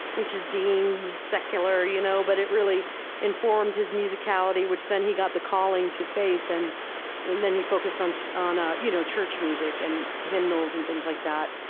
which is deemed secular, you know but it really informed his musicality, which then he got the calling to faith and then then he focused on so on ah you know church music and hymnals and things like that.